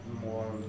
more